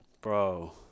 Bro